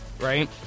right